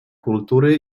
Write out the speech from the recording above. kultury